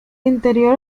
interior